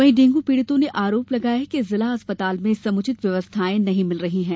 वहीं डेंगू पीड़ितों ने आरोप लगाया है कि जिला चिकित्सालय में समुचित व्यवस्थाएं नहीं मिल रही हैं